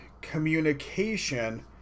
communication